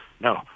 No